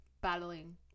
battling